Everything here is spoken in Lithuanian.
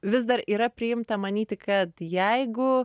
vis dar yra priimta manyti kad jeigu